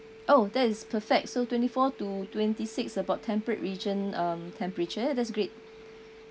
oh that is perfect so twenty four to twenty six about temperate region um temperature that's great